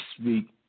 speak